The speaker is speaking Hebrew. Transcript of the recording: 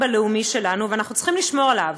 הלאומי שלנו ואנחנו צריכים לשמור עליו.